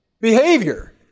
behavior